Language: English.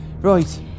Right